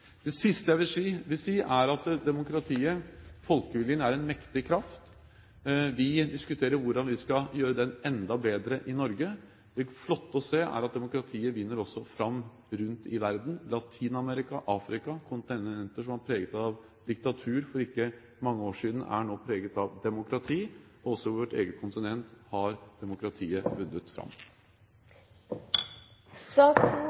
Det siste jeg vil si, er at demokratiet og folkeviljen er en mektig kraft. Vi diskuterer hvordan vi skal gjøre den enda bedre i Norge. Det er flott å se at demokratiet også vinner fram rundt om i verden. Latin-Amerika og Afrika – kontinenter som har vært preget av diktatur for ikke mange år siden – er nå preget av demokrati, og også på vårt eget kontinent har demokratiet vunnet